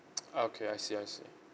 okay I see I see